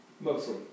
mostly